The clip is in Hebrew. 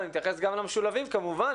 אני מתייחס גם למשולבים כמובן,